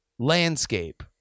landscape